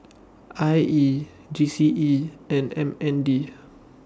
I E G C E and M N D